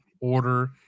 order